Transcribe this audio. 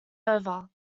over